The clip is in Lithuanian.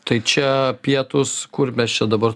tai čia pietūs kur mes čia dabar